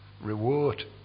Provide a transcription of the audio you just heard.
reward